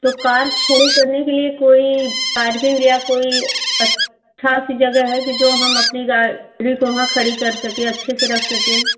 तो कार खड़ी करने के लिए कोई चार्जिंग या कोई अच्छी सी जगह है जो हम अपनी गाड़ी को वहाँ खड़ी कर सकें अच्छे से रख सकें